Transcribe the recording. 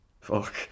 fuck